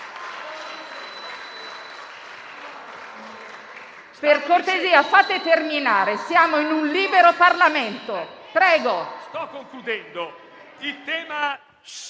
Per cortesia, fate terminare. Siamo in un libero Parlamento. ROMEO